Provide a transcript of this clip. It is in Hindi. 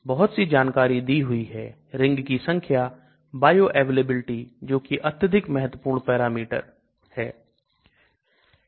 बहुत सी जानकारी दी हुई है रिंग की संख्या बायोअवेलेबिलिटी जो कि अत्यधिक महत्वपूर्ण पैरामीटर है